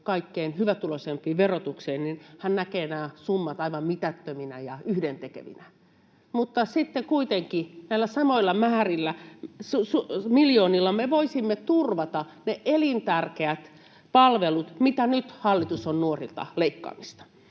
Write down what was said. kaikkein hyvätuloisimpien verotukseen, hän näkee nämä summat aivan mitättöminä ja yhdentekevinä. Mutta sitten kuitenkin näillä samoilla määrillä, miljoonilla, me voisimme turvata ne elintärkeät palvelut, mitä nyt hallitus on nuorilta leikkaamassa.